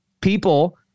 people